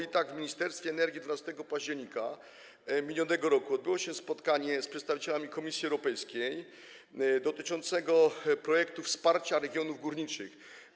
I tak w Ministerstwie Energii 12 października minionego roku odbyło się spotkanie z przedstawicielami Komisji Europejskiej dotyczące projektów wsparcia regionów górniczych.